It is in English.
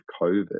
COVID